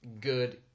good